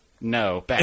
No